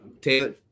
Taylor